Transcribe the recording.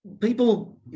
people